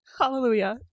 hallelujah